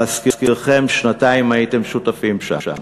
להזכירכם, שנתיים הייתם שותפים שם.